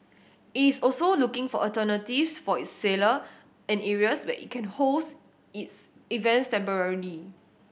it's also looking for alternatives for its sailor and areas where it can holds its events temporarily